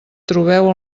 trobeu